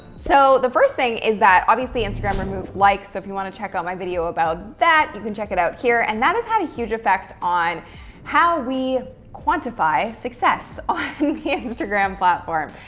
so the first thing is that obviously instagram removed likes. so if you want to check out my video about that, you can check it out here. and that has had a huge effect on how we quantify success on the instagram platform,